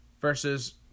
versus